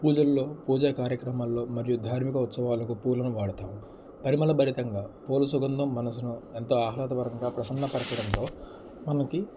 పూజల్లో పూజా కార్యక్రమాల్లో మరియు ధార్మిక ఉత్సవాలకు పూలను వాడతాం పరిమళభరితంగా పూల సుగంధం మనసును ఎంతో ఆహ్లాదకరంగా ప్రసన్న పరచడంతో మనకి